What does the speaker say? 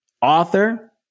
Author